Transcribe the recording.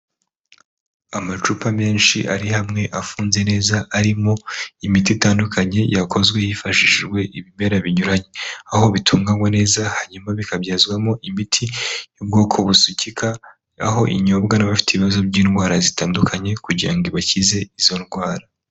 Amacupa menshi ari hamwe afunze neza arimo imiti itandukanye yakozwe hifashishijwe ibimera binyuranye, aho bitunganywa neza hanyuma bikabyazwamo imiti y'ubwoko busukika, aho inyobwa n'abafite ibibazo by'indwara zitandukanye kugira ngo ibakize izo ndwara.